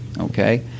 Okay